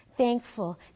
Thankful